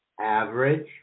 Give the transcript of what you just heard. average